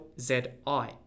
Z-I